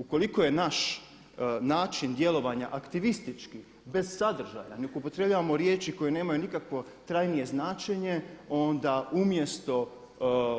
Ukoliko je naš način djelovanja aktivistički, bez sadržaja nek upotrebljavamo riječi koje nemaju nikakvo trajnije značenje onda umjesto